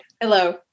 Hello